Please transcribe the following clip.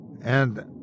And